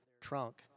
trunk